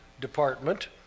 department